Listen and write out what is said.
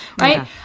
right